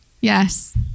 Yes